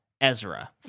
Ezra